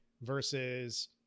Versus